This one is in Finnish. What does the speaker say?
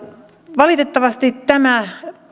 valitettavasti tämä